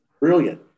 Brilliant